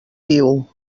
viu